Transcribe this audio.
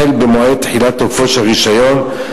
החל במועד תחילת תוקפו של הרשיון,